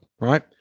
right